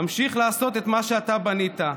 אמשיך לעשות את מה שאתה בנית,